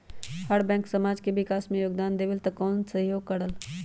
अगर बैंक समाज के विकास मे योगदान देबले त कबन सहयोग करल?